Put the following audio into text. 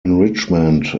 enrichment